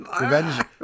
Revenge